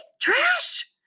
trash